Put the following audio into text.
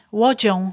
łodzią